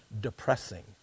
depressing